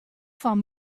fan